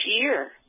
year